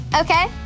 Okay